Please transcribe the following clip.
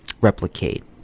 replicate